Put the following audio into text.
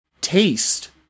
taste